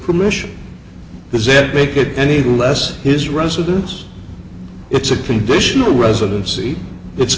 permission does it make it any less his residence it's a conditional residency it's